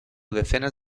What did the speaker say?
decenas